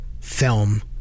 film